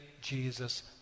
Jesus